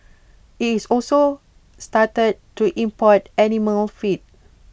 IT has also started to import animal feed